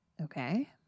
Okay